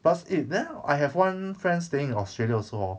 plus eh then I have one friend staying in australia also hor